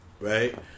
right